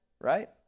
right